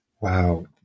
Wow